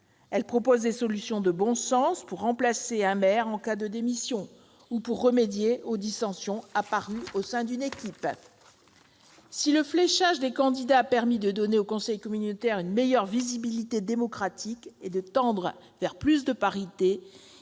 Elle comporte des solutions raisonnables pour remplacer un maire en cas de démission, ou pour remédier aux dissensions apparues au sein d'une équipe. Si le fléchage des candidats a permis de donner aux conseils communautaires une meilleure visibilité démocratique et de tendre vers davantage de parité,